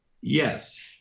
Yes